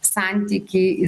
santykį į